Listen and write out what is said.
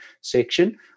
section